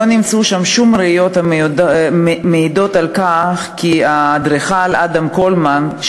לא נמצאו שום ראיות המעידות כי האדריכל אדם קולמן,